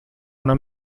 una